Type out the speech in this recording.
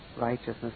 righteousness